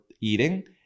eating